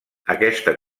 aquesta